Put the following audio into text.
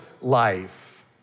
life